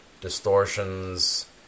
distortions